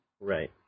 Right